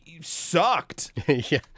sucked